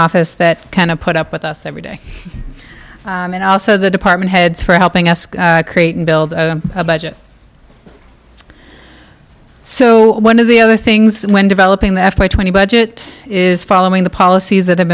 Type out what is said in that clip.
office that kind of put up with us every day and also the department heads for helping us create and build a budget so one of the other things when developing the f y twenty budget is following the policies that have